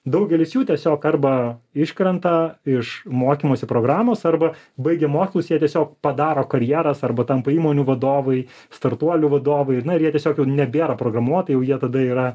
daugelis jų tiesiog arba iškrenta iš mokymosi programos arba baigę mokslus jie tiesiog padaro karjeras arba tampa įmonių vadovai startuolių vadovai ir na ir jie tiesiog jau nebėra programuotojai jau jie tada yra